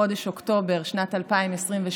בחודש אוקטובר בשנת 2023,